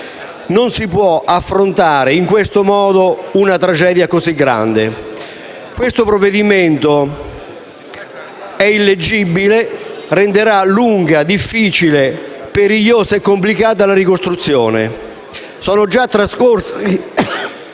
Non si può affrontare in questo modo una tragedia così grande. Il provvedimento in esame è illeggibile, renderà lunga, difficile, perigliosa e complicata la ricostruzione. Sono già trascorsi